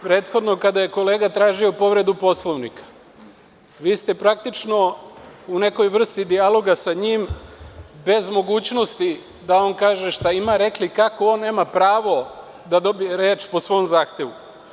Prethodno kada je kolega tražio povredu Poslovnika, vi ste praktično u nekoj vrsti dijaloga sa njim bez mogućnosti da on kaže šta ima, rekli kako on nema pravo da dobije reč po svom zahtevu.